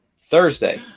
Thursday